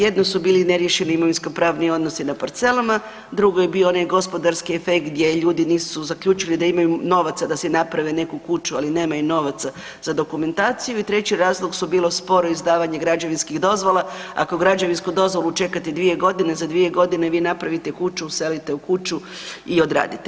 Jedno su bili neriješeni imovinsko-pravni odnosi na parcelama, drugo je bio onaj gospodarski efekt gdje ljudi nisu zaključili da imaju novaca da si naprave neku kuću, ali nemaju novac za dokumentaciju i treći razlog je bilo sporo izdavanje građevinskih dozvola, ako građevinsku dozvolu čekate 2 g., za 2 g. vi napravite kuću, uselite u kuću i odradite.